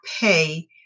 pay